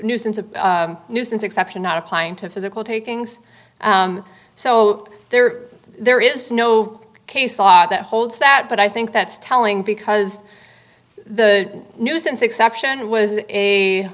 nuisance a nuisance exception not applying to physical takings so there there is no case thought that holds that but i think that's telling because the nuisance exception was